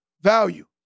value